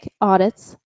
audits